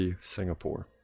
singapore